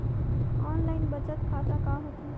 Online बचत खाता का होथे?